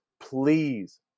please